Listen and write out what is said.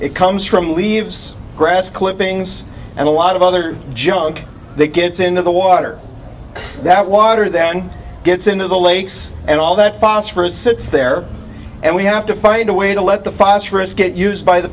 it comes from leaves grass clippings and a lot of other junk that gets into the water that water then gets into the lakes and all that phosphorous sits there and we have to find a way to let the phosphorous get used by the